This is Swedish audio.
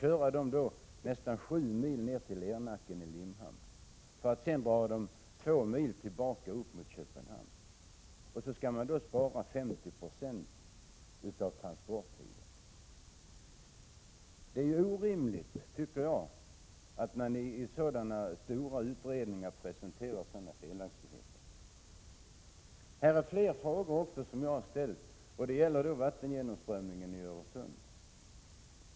Sedan skall de köras 7 mil till Lernacken i Limhamn, och därefter 2 mil tillbaka upp mot Köpenhamn. Och då skulle man spara 50 90 av transporttiden! Jag tycker det är orimligt att man i en så viktig utredning presenterar så stora felaktigheter. Jag har ställt flera frågor, bl.a. om vattengenomströmningen i Öresund.